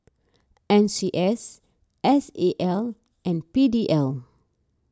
N C S S A L and P D L